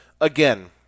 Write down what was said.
Again